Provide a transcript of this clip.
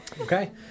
Okay